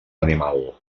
animal